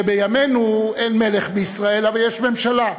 שבימינו אין מלך בישראל אבל יש ממשלה?